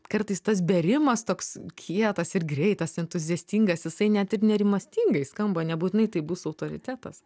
kartais tas berimas toks kietas ir greitas entuziastingas jisai net ir nerimastingai skamba nebūtinai tai bus autoritetas